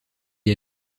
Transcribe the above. est